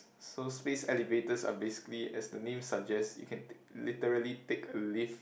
so space elevators are basically as the name suggests you can take literally take a lift